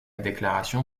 déclaration